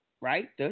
right